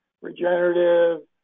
regenerative